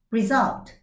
Result